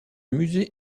musée